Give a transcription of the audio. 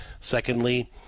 secondly